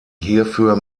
hierfür